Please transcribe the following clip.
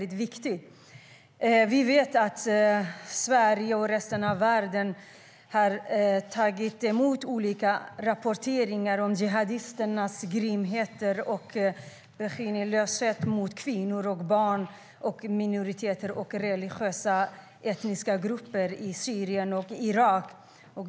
Det är viktigt. Vi vet att Sverige och resten av världen har tagit emot rapporter om jihadisternas besinningslösa grymheter mot kvinnor och barn, minoriteter och religiösa och etniska grupper i Syrien och Irak.